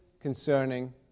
concerning